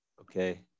okay